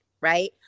right